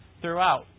throughout